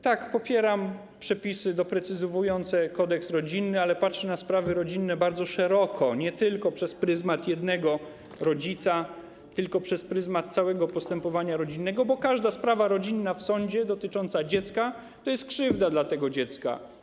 Tak, popieram przepisy doprecyzowujące kodeks rodzinny, ale patrzę na sprawy rodzinne bardzo szeroko, nie tylko przez pryzmat jednego rodzica, tylko przez pryzmat całego postępowania rodzinnego, bo każda sprawa rodzinna w sądzie dotycząca dziecka to jest krzywda dla tego dziecka.